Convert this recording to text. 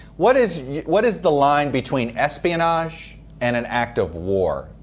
what is what is the line between espionage and an act of war,